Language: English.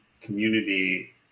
community